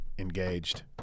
Engaged